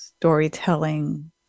storytelling